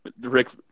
Rick